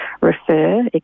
refer